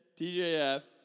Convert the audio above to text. TJF